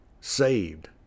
saved